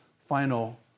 final